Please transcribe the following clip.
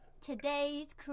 Today's